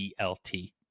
DLT